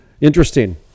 interesting